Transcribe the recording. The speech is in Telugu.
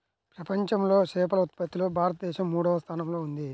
ప్రపంచంలో చేపల ఉత్పత్తిలో భారతదేశం మూడవ స్థానంలో ఉంది